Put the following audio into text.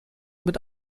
mit